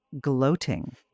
gloating